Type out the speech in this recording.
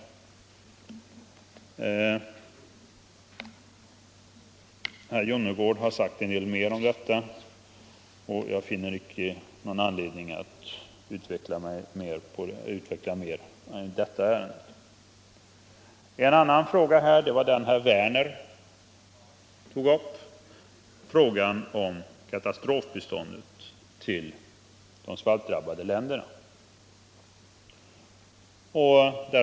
Herr verksamheten Jonnergård har sagt en del om detta, och jag finner inte anledning att utveckla mitt resonemang mera i det ärendet. Herr Werner i Malmö tog upp frågan om katastrofbiståndet till de svältdrabbade länderna.